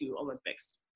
Olympics